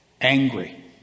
angry